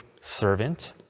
servant